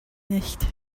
nicht